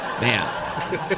Man